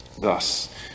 Thus